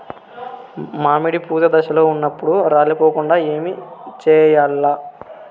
మామిడి పూత దశలో ఉన్నప్పుడు రాలిపోకుండ ఏమిచేయాల్ల?